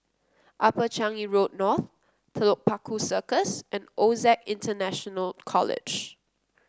Upper Changi Road North Telok Paku Circus and OSAC International College